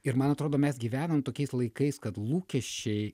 ir man atrodo mes gyvenam tokiais laikais kad lūkesčiai